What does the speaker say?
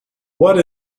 what